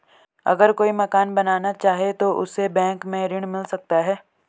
अगर कोई मकान बनाना चाहे तो उसे बैंक से ऋण मिल सकता है?